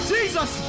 Jesus